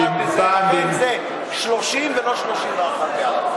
ולכן זה 30 ולא 31 בעד.